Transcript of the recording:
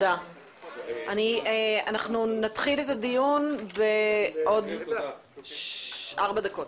אנחנו נתחיל את הדיון הבא בעוד ארבע דקות.